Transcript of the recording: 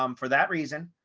um for that reason,